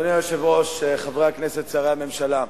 אדוני היושב-ראש, חברי הכנסת, שרי הממשלה,